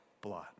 blood